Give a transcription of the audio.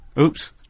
Oops